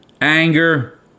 Anger